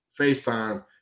facetime